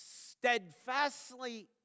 steadfastly